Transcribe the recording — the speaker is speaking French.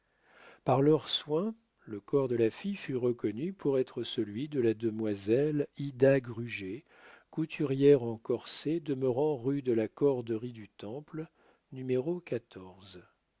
par leurs soins le corps de la fille fut reconnu pour être celui de la demoiselle ida gruget couturière en corsets demeurant rue de la corderie du temple no